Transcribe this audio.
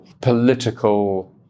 political